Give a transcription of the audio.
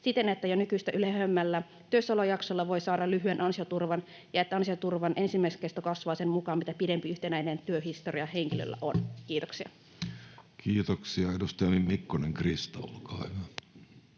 siten, että jo nykyistä lyhyemmällä työssäolojaksolla voi saada lyhyen ansioturvan ja että ansioturvan enimmäiskesto kasvaa sen mukaan, mitä pidempi yhtenäinen työhistoria henkilöllä on.” Kiitoksia. [Speech 516] Speaker: Jussi Halla-aho